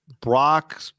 Brock